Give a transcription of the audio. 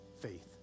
faith